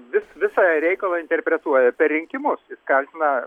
vis visą reikalą interpretuoja per rinkimus jis kaltina